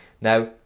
Now